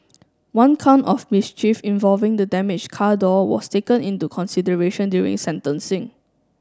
one count of mischief involving the damaged car door was taken into consideration during sentencing